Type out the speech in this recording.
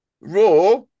Raw